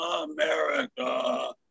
America